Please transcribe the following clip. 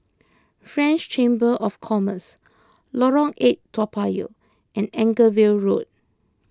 French Chamber of Commerce Lorong eight Toa Payoh and Anchorvale Road